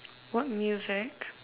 what music